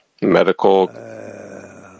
medical